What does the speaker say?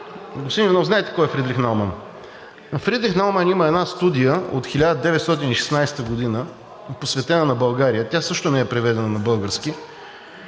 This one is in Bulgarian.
Господин Иванов, нали знаете кой е Фридрих Науман? Фридрих Науман има една студия от 1916 г., посветена на България, тя също не е преведена на български.